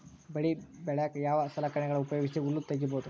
ಬೆಳಿ ಬಳಿಕ ಯಾವ ಸಲಕರಣೆಗಳ ಉಪಯೋಗಿಸಿ ಹುಲ್ಲ ತಗಿಬಹುದು?